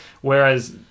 Whereas